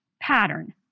pattern